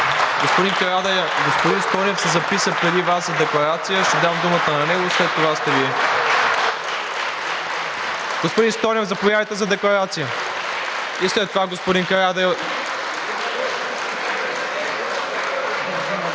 Господин Карадайъ, господин Стойнев се записа преди Вас за декларация. Ще дам думата на него и след това сте Вие. (Реплики от ДПС.) Господин Стойнев, заповядайте за декларация, и след това господин Карадайъ.